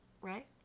right